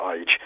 age